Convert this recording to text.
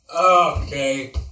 Okay